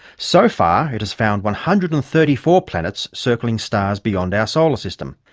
so far it has found one hundred and thirty four planets circling stars beyond our solar system,